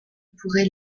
pourrait